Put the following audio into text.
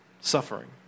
suffering